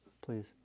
please